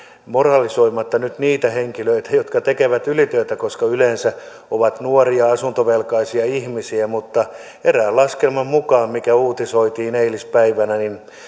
moralisoimatta nyt niitä henkilöitä jotka tekevät ylityötä koska he yleensä ovat nuoria asuntovelkaisia ihmisiä erään laskelman mukaan mikä uutisoitiin eilispäivänä